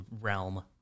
realm